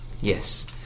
yes